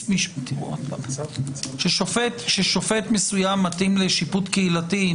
האם שופט מסוים מתאים לשיפוט קהילתי,